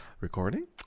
recording